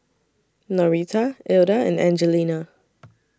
Norita Ilda and Angelina